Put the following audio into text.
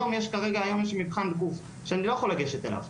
היום יש מבחן שאני לא יכול לגשת אליו.